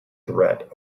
threat